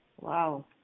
Wow